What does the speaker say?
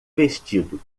vestido